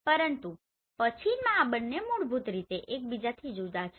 પરંતુ પછીનમાં આ બંને મૂળભૂત રીતે એકબીજાથી જુદા છે